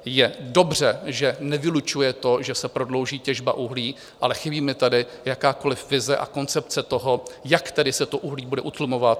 Je dobře, že nevylučuje to, že se prodlouží těžba uhlí, ale chybí mi tady jakákoliv vize a koncepce toho, jak se tedy to uhlí bude utlumovat.